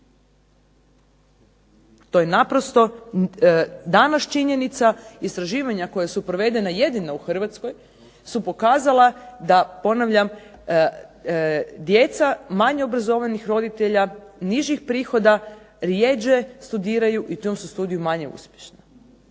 To je naprosto danas činjenica. Istraživanja koja su provedena jedino u Hrvatskoj su pokazala da ponavljam djeca manje obrazovanih roditelja nižih prihoda rjeđe studiraju i u tom su studiju manje uspješni.